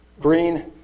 green